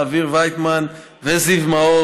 אמיר ויטמן וזיו מאור,